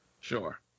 Sure